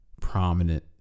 prominent